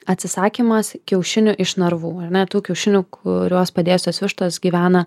atsisakymas kiaušinių iš narvų ar ne tų kiaušinių kuriuos padėjusios vištos gyvena